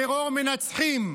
טרור מנצחים.